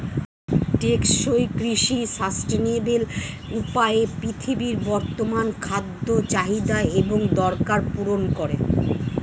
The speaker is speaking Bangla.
টেকসই কৃষি সাস্টেইনেবল উপায়ে পৃথিবীর বর্তমান খাদ্য চাহিদা এবং দরকার পূরণ করে